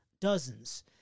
Dozens